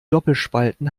doppelspalten